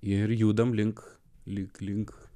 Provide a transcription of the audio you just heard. ir judame link lyg link